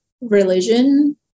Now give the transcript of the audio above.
religion